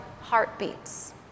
heartbeats